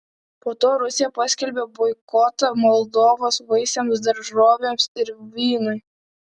po to rusija paskelbė boikotą moldovos vaisiams daržovėms ir vynui